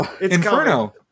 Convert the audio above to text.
Inferno